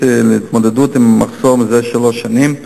להתמודדות עם המחסור מזה שלוש שנים.